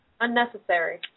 Unnecessary